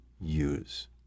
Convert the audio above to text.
use